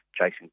Jason